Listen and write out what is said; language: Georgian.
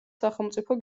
სახელმწიფო